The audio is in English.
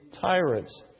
tyrants